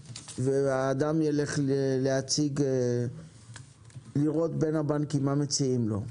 והאדם ילך לראות בין הבנקים מה מציעים לו.